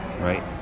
right